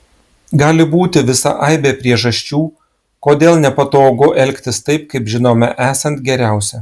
gali būti visa aibė priežasčių kodėl nepatogu elgtis taip kaip žinome esant geriausia